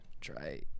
Try